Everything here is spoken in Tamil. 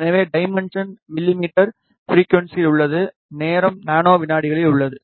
எனவே டைமென்ஷன் மிமீ ஃபிரிக்குவன்ஸியில் உள்ளது நேரம் நானோ விநாடிகளில் உள்ளது